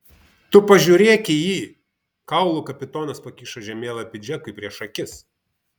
tu pažiūrėk jį kaulų kapitonas pakišo žemėlapį džekui prieš akis